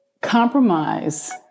compromise